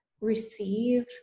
receive